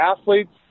athletes